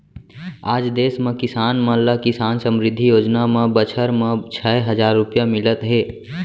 आज देस म किसान मन ल किसान समृद्धि योजना म बछर म छै हजार रूपिया मिलत हे